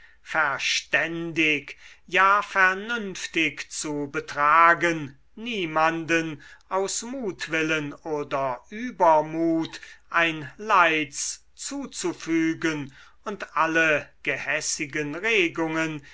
verständig ja vernünftig zu betragen niemanden aus mutwillen oder übermut ein leids zuzufügen und alle gehässigen regungen